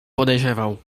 podejrzewał